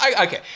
Okay